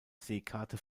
seekarte